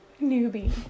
newbie